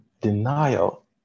denial